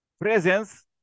presence